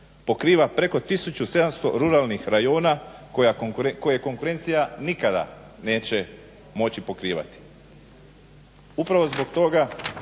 pokriva preko 1700 ruralnih rajona koje konkurencija nikada neće moći pokrivati.